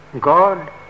God